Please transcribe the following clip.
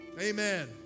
amen